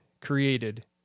created